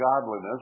godliness